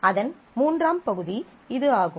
அதன் மூன்றாம் பகுதி இது ஆகும்